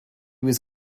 was